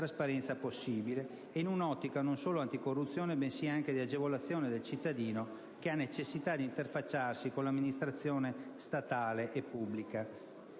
trasparenza possibile, in un'ottica non solo anticorruzione bensì anche di agevolazione del cittadino che ha necessità di ìnterfacciarsi con l'amministrazione statale e pubblica.